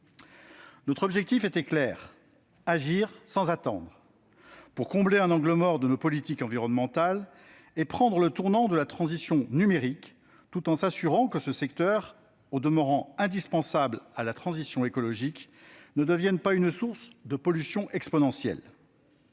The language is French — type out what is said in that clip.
Notre objectif était clair : agir sans attendre, pour combler un angle mort de nos politiques environnementales et prendre le tournant de la transition numérique, tout en s'assurant que ce secteur, au demeurant indispensable à la transition écologique, ne devienne pas la source d'une pollution exponentielle.